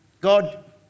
God